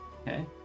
Okay